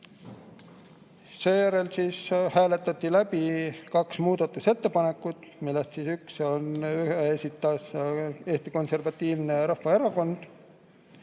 Seejärel hääletati läbi kaks muudatusettepanekut, millest ühe esitas Eesti Konservatiivse Rahvaerakonna